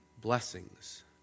blessings